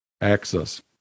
access